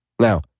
Now